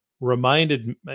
reminded